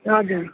हजुर